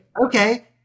okay